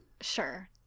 Sure